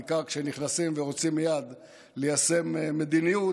בעיקר כשנכנסים ורוצים מייד ליישם מדיניות,